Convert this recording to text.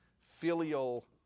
filial